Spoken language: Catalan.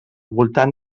voltant